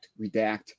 redact